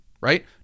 right